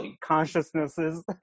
consciousnesses